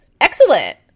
excellent